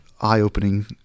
eye-opening